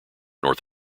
north